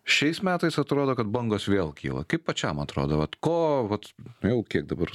šiais metais atrodo kad bangos vėl kyla kaip pačiam atrodo vat ko jau kiek dabar